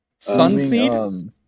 Sunseed